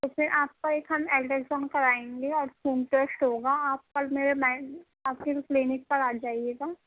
تو پھر آپ کا ایک ہم الٹرا ساؤنٹ کرائیں گے اور خون ٹیسٹ ہوگا آپ کل میرے مین آپ پھر کلینک پر آجائیے گا